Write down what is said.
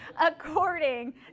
according